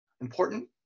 important